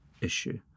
issue